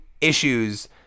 issues